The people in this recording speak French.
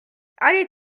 allez